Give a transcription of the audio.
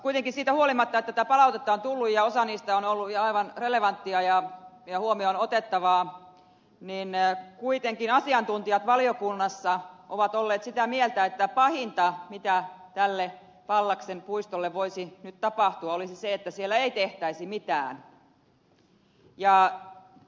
kuitenkin siitä huolimatta että tätä palautetta on tullut ja osa siitä on ollut aivan relevanttia ja huomioon otettavaa asiantuntijat valiokunnassa ovat olleet sitä mieltä että pahinta mitä tälle pallaksen puistolle voisi nyt tapahtua olisi se että siellä ei tehtäisi mitään